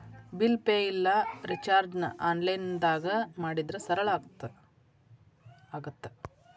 bill pay ಇಲ್ಲಾ ರಿಚಾರ್ಜ್ನ ಆನ್ಲೈನ್ದಾಗ ಮಾಡಿದ್ರ ಸರಳ ಆಗತ್ತ